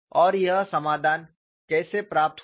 और यह समाधान कैसे प्राप्त हुआ